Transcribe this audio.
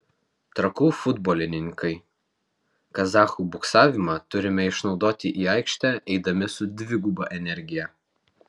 trakų futbolininkai kazachų buksavimą turime išnaudoti į aikštę eidami su dviguba energija